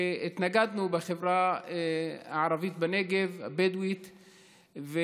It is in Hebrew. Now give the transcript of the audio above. והתנגדנו בחברה הערבית הבדואית בנגב,